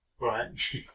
Right